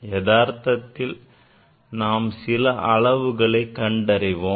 யதார்த்தத்தில் நாம் சில அளவுகளை கண்டறிவோம்